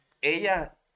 ella